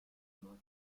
module